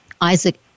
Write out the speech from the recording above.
Isaac